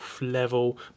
level